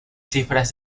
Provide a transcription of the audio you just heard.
cifras